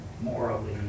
morally